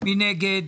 מי נגד?